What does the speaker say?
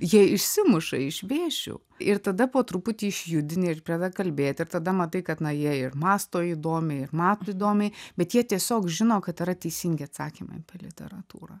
jie išsimuša iš vėžių ir tada po truputį išjudini ir pradeda kalbėti ir tada matai kad na jie ir mąsto įdomiai ir mato įdomiai bet jie tiesiog žino kad yra teisingi atsakymai apie literatūrą